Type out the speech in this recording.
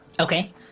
Okay